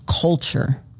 culture